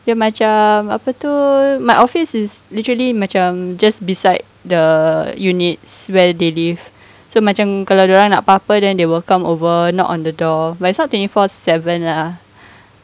then macam apa itu my office is literally macam just beside the units where they live so macam kalau dia orang nak apa-apa then they will come over knock on the door but it's not twenty four seven lah